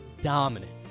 dominant